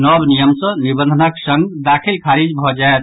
नव नियम सॅ निबंधनक संग दाखिल खारिज भऽ जायत